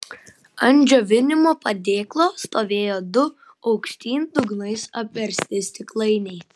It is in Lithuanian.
ant džiovinimo padėklo stovėjo du aukštyn dugnais apversti stiklainiai